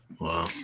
Wow